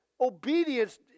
obedience